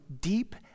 deep